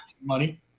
money